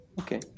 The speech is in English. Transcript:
Okay